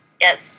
Yes